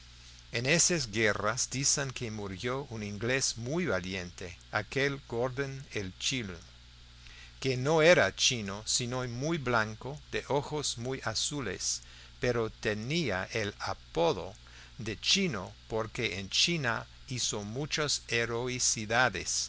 en esas guerras dicen que murió un inglés muy valiente aquel gordon el chino que no era chino sino muy blanco y de ojos muy azules pero tenía el apodo de chino porque en china hizo muchas heroicidades